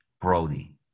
Brody